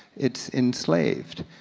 it's enslaved,